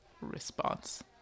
Response